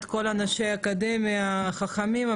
את כל אנשי האקדמיה החכמים,